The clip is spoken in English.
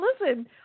listen